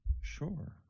sure